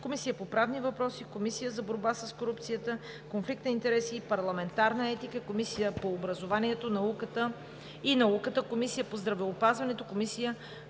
Комисията по правни въпроси, Комисията за борба с корупцията, конфликт на интереси и парламентарна етика, Комисията по образованието и науката, Комисията по здравеопазването, Комисията по